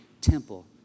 temple